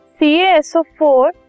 CaSO4